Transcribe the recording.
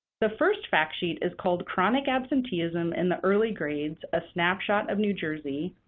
the first fact sheet is called chronic absenteeism in the early grades a snapshot of new jersey,